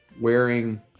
wearing